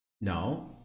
No